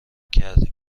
کردیم